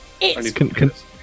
It's-